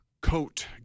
coat